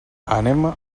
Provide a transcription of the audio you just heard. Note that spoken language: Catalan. anem